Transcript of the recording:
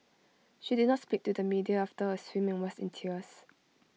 she did not speak to the media after her swim and was in tears